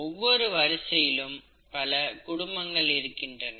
ஒவ்வொரு வரிசையிலும் பல குடும்பங்கள் இருக்கின்றன